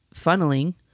funneling